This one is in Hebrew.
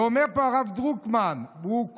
ואומר פה הרב דרוקמן, והוא כואב,